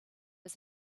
was